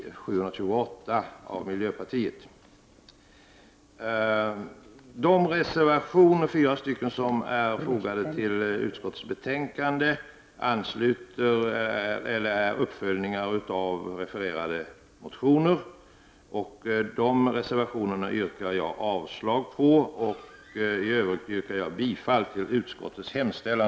De fyra reservationer som är fogade till utskottets betänkande ansluter till eller är en uppföljning av refererade motioner, och jag yrkar avslag på dessa reservationer. Bifall till utskottets hemställan!